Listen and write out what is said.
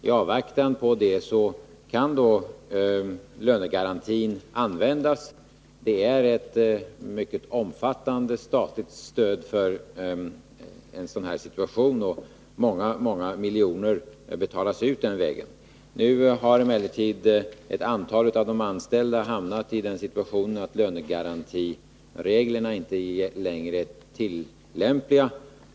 I avvaktan på besked kan lönegarantin användas. Det är ett mycket omfattande statligt stöd för en sådan här situation, och många miljoner betalas ut den vägen. Nu har emellertid ett antal av de anställda hamnat i den situationen att lönegarantireglerna inte längre är tillämpliga.